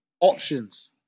Options